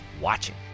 watching